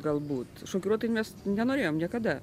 galbūt šokiruot tai mes nenorėjom niekada